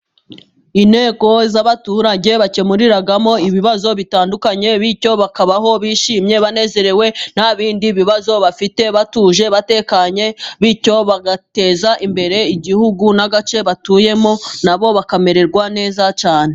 Inteko z'abaturage bakemuriramo ibibazo bitandukanye, bityo bakabaho bishimye banezerewe nta bindi bibazo bafite, batuje, batekanye, bityo bagateza imbere igihugu n'agace batuyemo, na bo bakamererwa neza cyane.